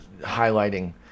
highlighting